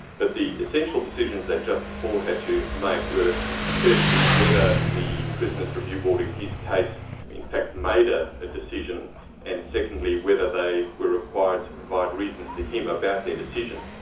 but the essential decisions that justice hall had to make were firstly whether the prisoners' review board in his case in fact made a ah decision and secondly whether they were required to provide reasons to him about their decision.